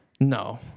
No